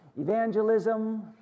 evangelism